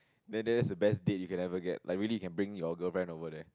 then then that's the best date you can ever get like really you can bring your girlfriend over there